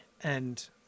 and-